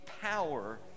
power